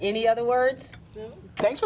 any other words thanks